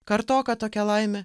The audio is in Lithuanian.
kartoka tokia laimė